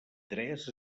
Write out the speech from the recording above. tres